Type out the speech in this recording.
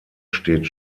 steht